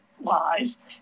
lies